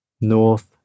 North